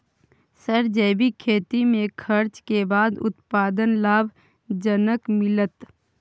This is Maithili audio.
सर जैविक खेती में खर्च के बाद उत्पादन लाभ जनक मिलत?